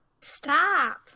Stop